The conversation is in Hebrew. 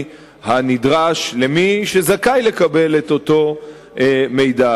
הנדרש למי שזכאי לקבל את אותו מידע.